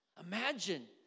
Imagine